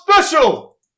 special